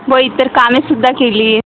व इतर कामेसुद्धा केली आहे